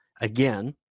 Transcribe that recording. again